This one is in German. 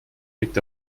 wirkt